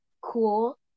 cool